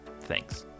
Thanks